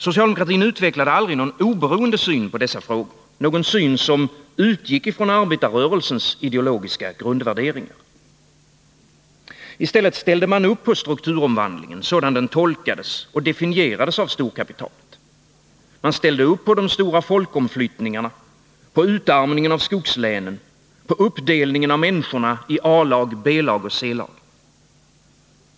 Socialdemokratin utvecklade aldrig någon oberoende syn på dessa frågor, någon syn som utgick från arbetarrörelsens ideologiska grundvärderingar. I stället ställde man upp på strukturomvandlingen, sådan den tolkades och definierades av storkapitalet. Man ställde upp på de stora folkomflyttningarna, på utarmningen av skogslänen, på uppdelningen av människorna i A-, B och C-lag.